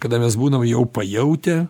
kada mes būnam jau pajautę